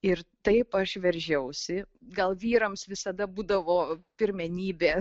ir taip aš veržiausi gal vyrams visada būdavo pirmenybė